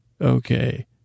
Okay